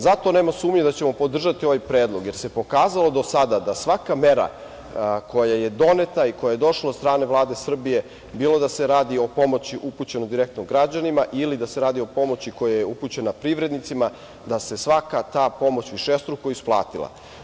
Zato nema sumnje da ćemo podržati ovaj predlog, jer se pokazalo do sada da svaka mera koja je doneta i koja je došla od strane Vlade Srbije, bilo da se radi o pomoći upućenoj direktno građanima ili da se radi o pomoći koja je upućena privrednicima, da se svaka ta pomoć višestruko isplatila.